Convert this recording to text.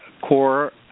core